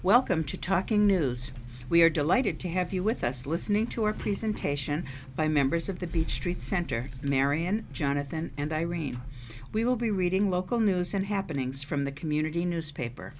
welcome to talking news we are delighted to have you with us listening to your presentation by members of the beach street center marian jonathan and irene we will be reading local news and happenings from the community newspaper